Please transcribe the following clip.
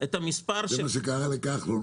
זה מה שקרה לכחלון.